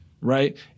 right